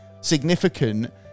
significant